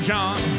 John